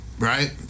Right